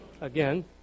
again